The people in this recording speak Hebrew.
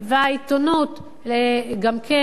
והעיתונות גם כן,